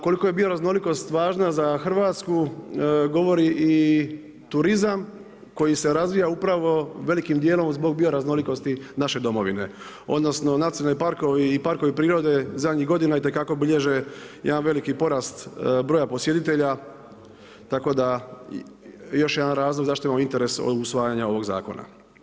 Koliko je bioraznolikost važna za Hrvatsku, govori i turizam koji se razvija upravo velikim djelom zbog bioraznolikosti naše domovine odnosno nacionalni parkovi i parkovi prirode, zadnjih godina itekako bilježe jedan veliki porast broja posjetitelja, tako da još jedan razlog zašto nam je u interesu usvajanje ovog zakona.